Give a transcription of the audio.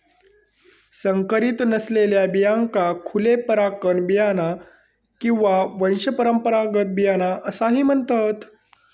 संकरीत नसलेल्या बियाण्यांका खुले परागकण बियाणा किंवा वंशपरंपरागत बियाणा असाही म्हणतत